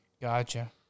Gotcha